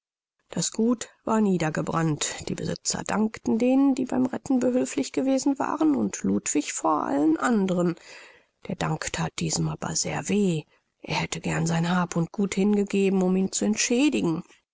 das gut war niedergebrannt die besitzer dankten denen die beim retten behülflich gewesen waren und ludwig vor allen andern der dank that diesem aber sehr weh er hätte gern sein hab und gut hingegeben um ihn zu entschädigen